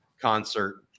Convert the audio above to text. concert